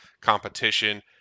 competition